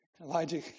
Elijah